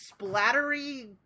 splattery